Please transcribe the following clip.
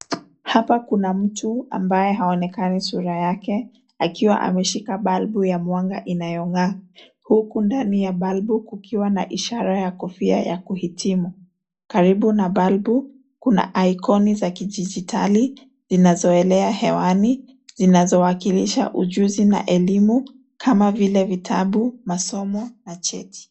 Hapa kuna mtu ambaye haonekani sura yake, akiwa ameshika balbu ya mwanga inayong'aa, huku ndani ya balbu kukiwa na ishara ya kofia ya kuhitimu. Karibu na balbu, kuna icon za kidijitali zinazoelea hewani zinazowakilishaa ujuzi na elimu kama vile vitabu, masomo na cheti.